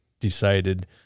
decided